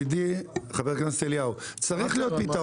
ידידי, חבר הכנסת אליהו, צריך להיות פתרון.